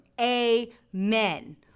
Amen